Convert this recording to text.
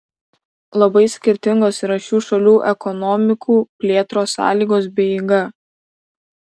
labai skirtingos yra šių šalių ekonomikų plėtros sąlygos bei eiga